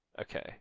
Okay